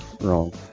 wrong